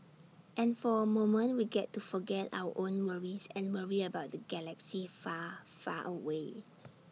and for A moment we get to forget our own worries and worry about the galaxy far far away